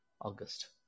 August